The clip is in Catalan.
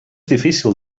difícil